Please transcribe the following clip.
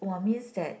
[wah] means that